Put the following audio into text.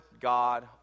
God